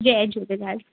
Jay Jhulelal